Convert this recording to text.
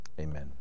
Amen